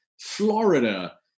Florida